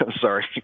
Sorry